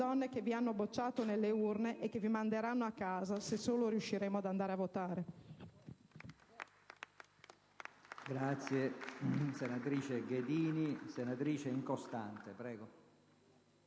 donne che vi hanno bocciato nelle ultime urne e che vi manderanno a casa, se solo riusciremo ad andare a votare.